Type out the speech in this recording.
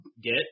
get